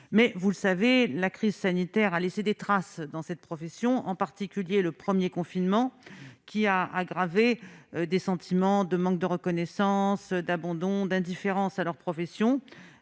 mais vous le savez la crise sanitaire a laissé des traces dans cette profession, en particulier le premier confinement qui a aggravé des sentiments de manque de reconnaissance, d'abandon d'indifférence à leur profession,